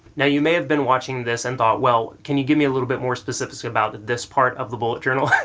now you may have been watching this and thought, well, can you give me a little bit more specifics about this part of the bullet journal?